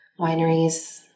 wineries